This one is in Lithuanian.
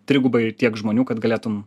trigubai tiek žmonių kad galėtum